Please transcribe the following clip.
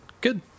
good